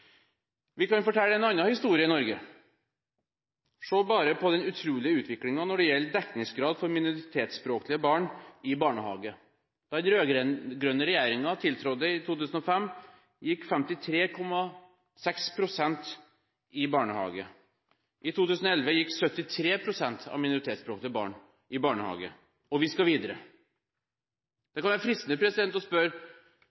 Vi kan fortelle en annen historie i Norge. Se bare på den utrolige utviklingen når det gjelder dekningsgrad for minoritetsspråklige barn i barnehage: Da den rød-grønne regjeringen tiltrådte i 2005, gikk 53,6 pst. i barnehage, og i 2011 gikk 73 pst. av minoritetsspråklige barn i barnehage. Og vi skal videre.